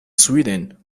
sweden